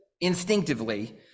instinctively